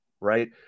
right